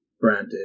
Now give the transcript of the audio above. branded